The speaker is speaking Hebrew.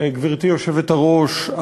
גברתי היושבת-ראש,